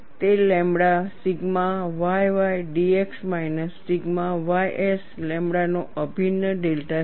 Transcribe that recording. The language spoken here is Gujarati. તે lambda sigma yy dx minus sigma ys લેમ્બડાનો અભિન્ન ડેલ્ટા છે